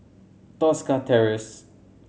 Tosca Terrace